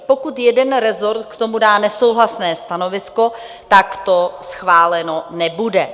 Pokud jeden rezort k tomu dá nesouhlasné stanovisko, tak to schváleno nebude.